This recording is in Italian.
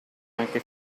anche